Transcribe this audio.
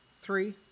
Three